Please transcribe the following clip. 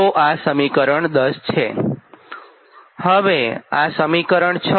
તો આ સમીકરણ 10 છે